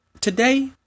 today